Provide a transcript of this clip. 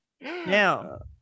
Now